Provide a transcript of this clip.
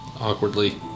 awkwardly